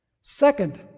Second